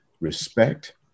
respect